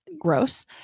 Gross